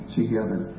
together